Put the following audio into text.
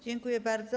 Dziękuję bardzo.